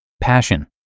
Passion